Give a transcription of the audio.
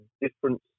different